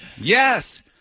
Yes